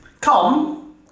come